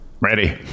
Ready